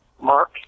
Mark